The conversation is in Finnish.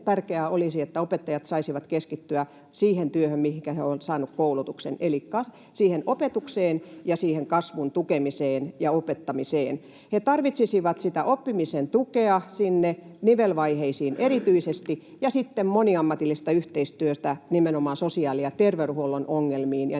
tärkeää olisi, että opettajat saisivat keskittyä siihen työhön, mihinkä he ovat saaneet koulutuksen, eli opetukseen ja kasvun tukemiseen ja opettamiseen. He tarvitsisivat oppimisen tukea erityisesti sinne nivelvaiheisiin ja sitten moniammatillista yhteistyötä nimenomaan sosiaali‑ ja terveydenhuollon ongelmiin ja